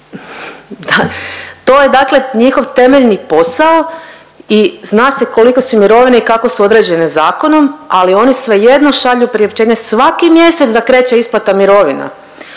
To je dakle njihov temeljni posao i zna se kolike su mirovine i kako su određene zakonom, ali oni svejedno šalju priopćenje svaki mjesec da kreće isplata mirovina.